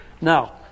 now